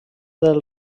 del